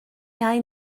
iau